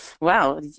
wow